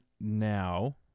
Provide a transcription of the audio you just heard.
now